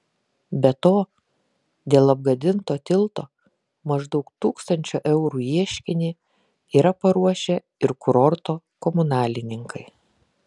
be to dėl apgadinto tilto maždaug tūkstančio eurų ieškinį yra paruošę ir kurorto komunalininkai